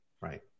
right